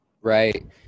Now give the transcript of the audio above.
Right